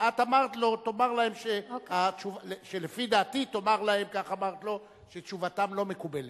ואת אמרת לו: לפי דעתי תאמר להם שתשובתם לא מקובלת.